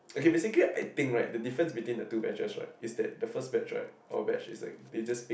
okay basically I think right the difference between the two batches right is that the first batch right our batch is like they just pick